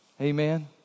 Amen